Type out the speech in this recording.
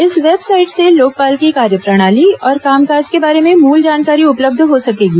इस वेबसाइट से लोकपाल की कार्यप्रणाली और कामकाज के बारे में मूल जानकारी उपलब्ध हो सकेगी